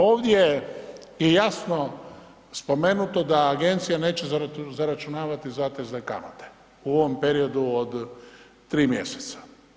Ovdje je jasno spomenuto da agencija neće zaračunavati zatezne kamate u ovom periodu od 3 mjeseca.